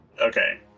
Okay